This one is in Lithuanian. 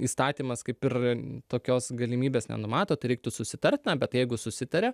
įstatymas kaip ir tokios galimybės nenumato tai reiktų susitarti na bet jeigu susitaria